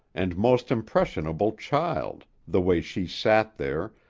and most impressionable child, the way she sat there,